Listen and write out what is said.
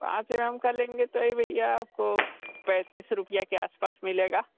पाँच M M का लेंगे तो भैया आपको पैंतीस रुपया के आसपास मिलेगा